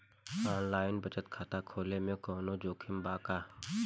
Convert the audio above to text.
Online बचत खाता खोले में कवनो जोखिम बा का?